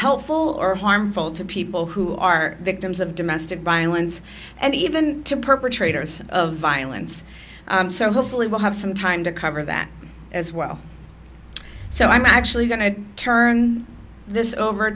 helpful or harmful to people who are victims of domestic violence and even to perpetrators of violence so hopefully we'll have some time to cover that as well so i'm actually going to turn this over